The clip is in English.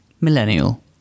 millennial